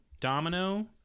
Domino